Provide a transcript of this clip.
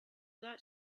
that